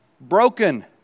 broken